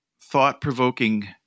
thought-provoking